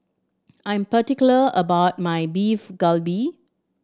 I'm particular about my Beef Galbi